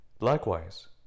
Likewise